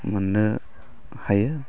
मोननो हायो